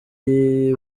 iyi